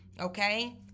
okay